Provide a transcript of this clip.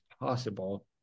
possible